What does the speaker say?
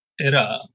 era